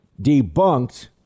debunked